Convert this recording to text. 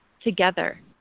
together